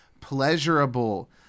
pleasurable